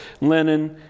linen